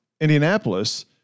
Indianapolis